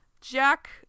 Jack